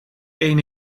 één